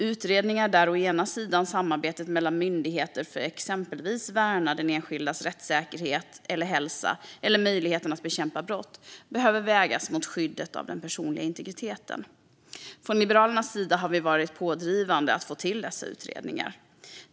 Utredningar där samarbetet mellan myndigheter för att exempelvis värna den enskildes rättssäkerhet och hälsa eller möjligheten att bekämpa brott behöver vägas mot skyddet för den personliga integriteten. Från Liberalernas sida har vi varit pådrivande för att få dessa utredningar till stånd.